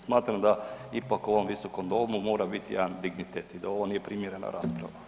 Smatram da ipak u ovom Visokom domu mora biti jedan dignitet i da ovo nije primjerena rasprava.